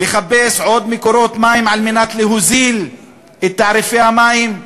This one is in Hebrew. לחיפוש עוד מקורות מים על מנת להוזיל את תעריפי המים?